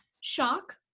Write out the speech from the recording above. Shock